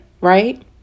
right